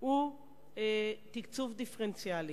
הוא קיצוץ דיפרנציאלי.